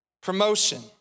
promotion